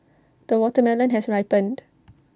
the watermelon has ripened